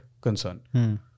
concern